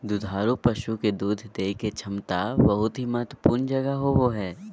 दुधारू पशु के दूध देय के क्षमता के बहुत ही महत्वपूर्ण जगह होबय हइ